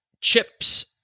chips